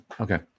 Okay